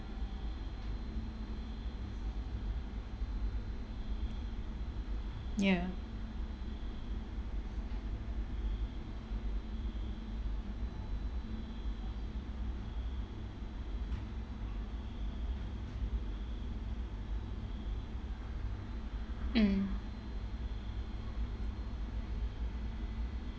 ya mm